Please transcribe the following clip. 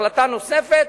החלטה נוספת,